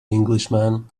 englishman